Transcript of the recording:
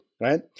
right